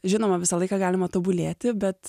žinoma visą laiką galima tobulėti bet